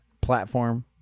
platform